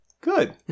good